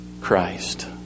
Christ